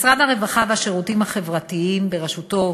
משרד הרווחה והשירותים החברתיים בראשותו